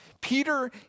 Peter